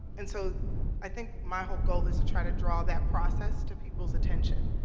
and so i think my whole goal is to try to draw that process to people's attention,